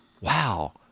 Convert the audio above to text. Wow